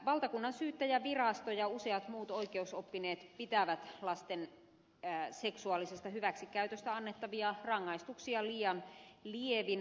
valtakunnansyyttäjänvirasto ja useat muut oikeusoppineet pitävät lasten seksuaalisesta hyväksikäytöstä annettavia rangaistuksia liian lievinä